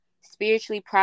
spiritually